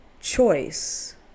choice